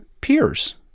peers